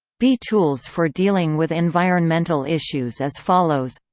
be tools for dealing with environmental issues as follows